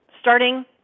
starting